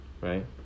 right